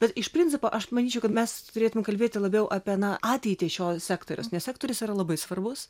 bet iš principo aš manyčiau kad mes turėtumėm kalbėti labiau apie ateitį šio sektoriaus nes sektorius yra labai svarbus